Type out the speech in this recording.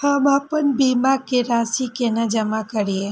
हम आपन बीमा के राशि केना जमा करिए?